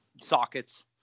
sockets